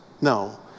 No